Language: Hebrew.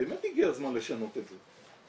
באמת הגיע הזמן לשנות את זה.